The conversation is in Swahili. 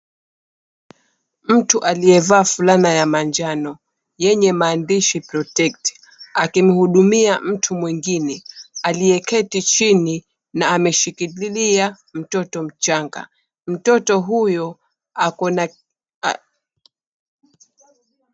Mtu aliyevaa fulana ya manjano yenye maandishi protect akimuhudumia mtu mwingine aliyeketi chini na ameshikilia mtoto mchanga. Mtoto huyo ako na...